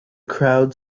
crowd